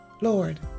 Lord